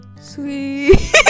Sweet